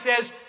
says